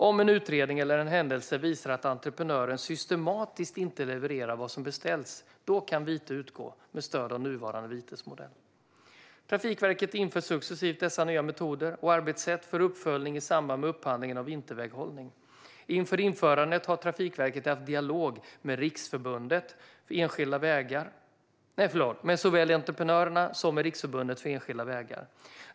Om en utredning eller en händelse visar att entreprenören systematiskt inte levererat vad som beställts kan vite utgå med stöd av nuvarande vitesmodell. Trafikverket inför successivt dessa nya metoder och arbetssätt för uppföljning i samband med upphandlingar av vinterväghållning. Inför införandet har Trafikverket haft en dialog med såväl entreprenörerna som Riksförbundet Enskilda Vägar.